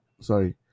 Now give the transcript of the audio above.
sorry